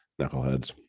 Knuckleheads